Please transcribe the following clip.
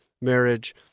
marriage